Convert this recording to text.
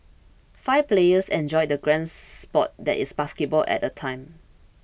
five players enjoy the grand sport that is basketball at a time